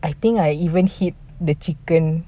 I think I even hit the chicken